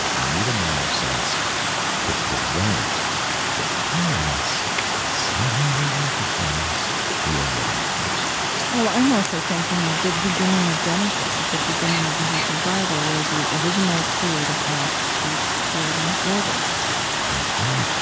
we need a moral sense to prevent the chaos that somehow we recognize we are living close to well, i'm also thinking of the beginning of genesis, of the beginning of the hebrew bible, where the original creative act is creating order that's right.